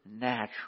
Natural